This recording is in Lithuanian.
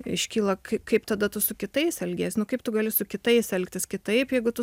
iškyla kaip tada tu su kitais elgies nu kaip tu gali su kitais elgtis kitaip jeigu tu